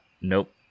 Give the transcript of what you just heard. Nope